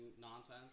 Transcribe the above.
nonsense